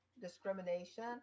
discrimination